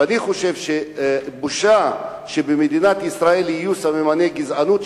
ואני חושב שבושה שבמדינת ישראל יהיו סממני גזענות,